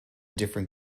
different